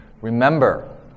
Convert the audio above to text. remember